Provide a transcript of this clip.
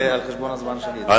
זה על חשבון הזמן שלי.